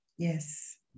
Yes